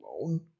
alone